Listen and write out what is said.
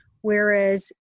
whereas